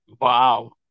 Wow